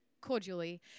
cordially